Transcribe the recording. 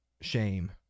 shame